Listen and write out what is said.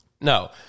No